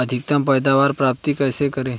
अधिकतम पैदावार प्राप्त कैसे करें?